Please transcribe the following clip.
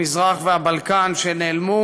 המזרח והבלקן שנעלמו,